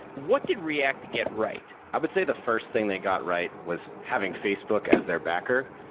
what did react get right? i would say the first thing they got right was having facebook as their backer.